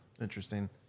interesting